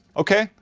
ok?